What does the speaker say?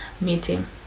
meeting